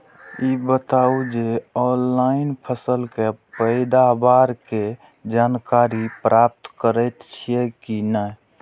ई बताउ जे ऑनलाइन फसल के पैदावार के जानकारी प्राप्त करेत छिए की नेय?